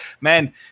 Man